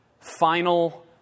final